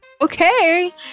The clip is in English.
Okay